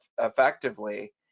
effectively